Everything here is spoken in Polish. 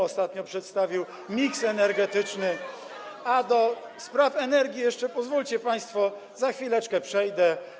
Ostatnio przedstawił miks energetyczny, a do spraw energii jeszcze, pozwólcie państwo, za chwileczkę przejdę.